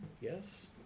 Yes